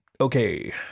Okay